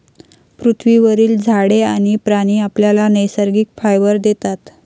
पृथ्वीवरील झाडे आणि प्राणी आपल्याला नैसर्गिक फायबर देतात